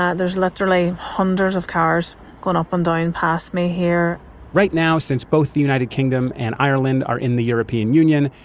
there's literally hundreds of cars going up and down past me here right now, since both the united kingdom and ireland are in the european union,